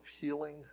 healing